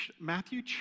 Matthew